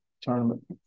tournament